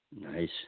Nice